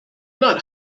not